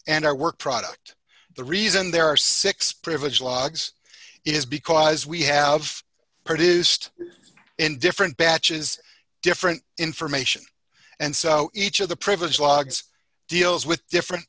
and our work product the reason there are six privilege logs is because we have produced in different batches different information and so each of the privilege logs deals with different